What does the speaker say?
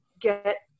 get